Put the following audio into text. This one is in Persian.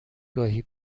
گاهی